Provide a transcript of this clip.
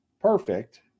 perfect